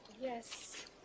Yes